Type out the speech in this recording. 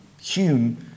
Hume